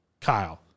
Kyle